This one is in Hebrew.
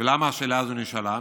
ולמה השאלה הזאת נשאלה?